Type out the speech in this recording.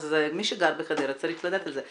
אז מי שגר בחדרה צריך לדעת על זה.